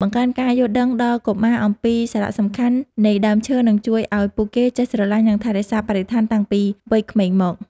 បង្កើនការយល់ដឹងដល់កុមារអំពីសារៈសំខាន់នៃដើមឈើនឹងជួយឱ្យពួកគេចេះស្រឡាញ់ និង ថែរក្សាបរិស្ថានតាំងពីវ័យក្មេងមក។